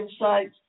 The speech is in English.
insights